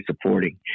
supporting